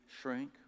shrink